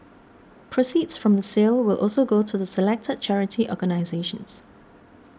proceeds from the sale will also go to the selected charity organisations